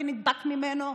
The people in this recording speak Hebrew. כי נדבק ממנו,